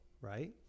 right